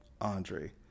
Andre